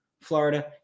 Florida